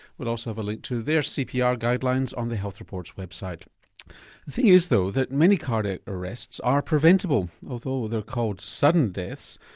we'll also have a link to their cpr guidelines on the health report's website. the thing is though, that many cardiac arrests are preventable. although they're called sudden deaths,